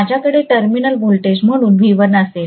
माझ्याकडे terminal voltage म्हणून V1 असेल